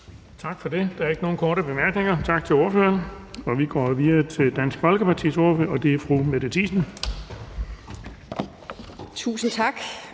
Tak for det. Der er ikke nogen korte bemærkninger. Tak til ordføreren. Vi går videre til SF's ordfører, og det er fru Kirsten Normann